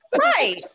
Right